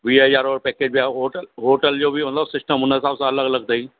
वीह हज़ार जो पैकेज बि आहे होटल होटल जो बि हूंदो सिस्टम हुन हिसाब सां अलॻि अलॻि अथई